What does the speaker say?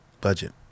budget